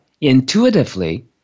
intuitively